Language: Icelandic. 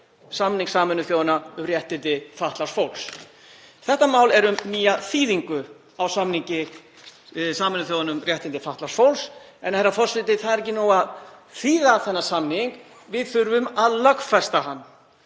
samnings Sameinuðu þjóðanna um réttindi fatlaðs fólks. Þetta mál er um nýja þýðingu á samningi Sameinuðu þjóðanna um réttindi fatlaðs fólks. En, herra forseti, það er ekki nóg að þýða umræddan samning, við þurfum að lögfesta hann.